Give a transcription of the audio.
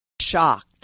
shocked